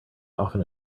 often